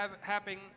happening